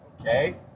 Okay